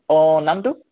অঁ নামটো